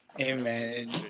Amen